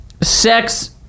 sex